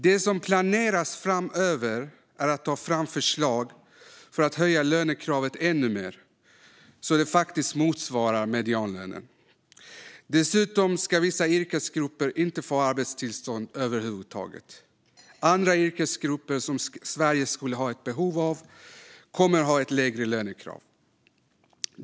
Det som planeras framöver är att ta fram förslag för att höja lönekravet ännu mer, så att det faktiskt motsvarar medianlönen. Dessutom ska människor i vissa yrkesgrupper inte få arbetstillstånd över huvud taget. Människor i andra yrkesgrupper, som Sverige skulle ha behov av, kommer att ha ett lägre lönekrav.